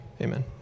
Amen